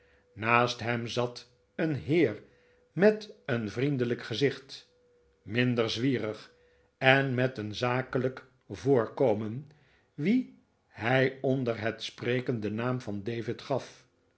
naast hem zat een heer met een vriendelijk gezicht minder zwierig en met een zakelijk voorkomen r wien hij onder het spreken den naam van david gaf